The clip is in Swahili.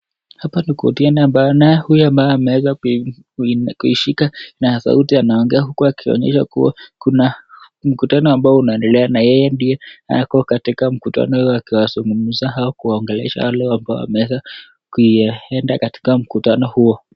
Hapa ni kotini ambayo nayo huyu naye ambaye ameeza kuishika na sauti anaongea, huku akionyesha kuwa kuna mkutano ambao unaoendelea na yeye ndiye ako katika mkutano akiwazungumza au kuwaongelesha wale wameweza kuiyaenda katika mkutano huo.